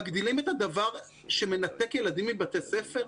מגדילים את הדבר שמנתק ילדים מבתי ספר?